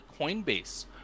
Coinbase